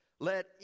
Let